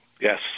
Yes